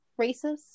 racist